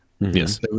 Yes